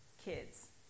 kids